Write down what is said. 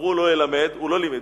אמרו לא ילמד, הוא לא לימד.